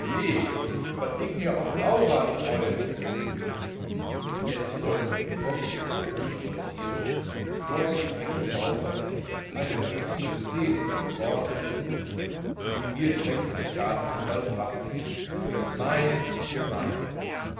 was ick mir auf laura'n freue und jetzt folgte ein bockiges herumstolzieren mit vorgestrecktem bauche eine laszive szene ohne worte die in mir direkt den staatsanwalt wachrief gemein gemein